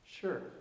sure